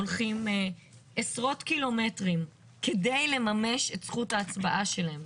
הולכים עשרות קילומטרים כדי לממש את זכות ההצבעה שלהם.